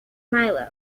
milo